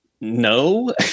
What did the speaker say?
no